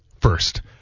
first